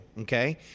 Okay